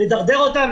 לדרדר אותם?